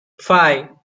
five